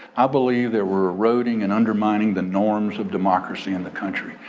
i believe there were eroding and undermining the norms of democracy in the country.